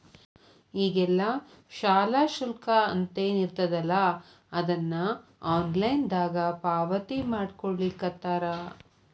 ಈಗೆಲ್ಲಾ ಶಾಲಾ ಶುಲ್ಕ ಅಂತೇನಿರ್ತದಲಾ ಅದನ್ನ ಆನ್ಲೈನ್ ದಾಗ ಪಾವತಿಮಾಡ್ಕೊಳ್ಳಿಖತ್ತಾರ